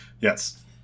Yes